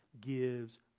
gives